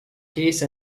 case